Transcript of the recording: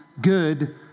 good